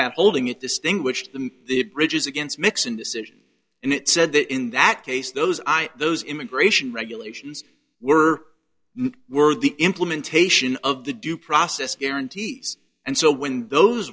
out holding it distinguished the bridges against nixon decision and it said that in that case those eye those immigration regulations were were the implementation of the due process guarantees and so when those